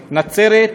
מנצרת,